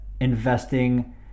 investing